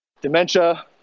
dementia